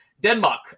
Denmark